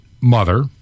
mother